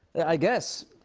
i guess.